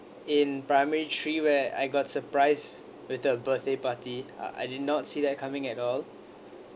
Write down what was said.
in primary three where I got surprise with a birthday party I I did not see that coming at all